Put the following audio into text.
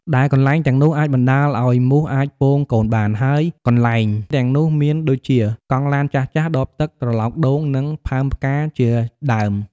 ដែលកន្លែងទាំងនោះ អាចបណ្ដាលឲ្យមូសអាចពងកូនបាន ហើយកន្លែងទាំងនោះមានដូចជាកង់ឡានចាស់ៗ ដបទឹក ត្រឡោកដូង និងផើងផ្កាជាដើម។